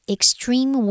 Extreme